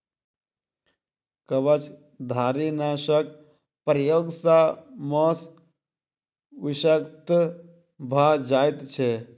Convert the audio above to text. कवचधारीनाशक प्रयोग सॅ मौस विषाक्त भ जाइत छै